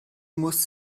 muss